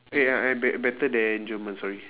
eh ya eh be~ better than german sorry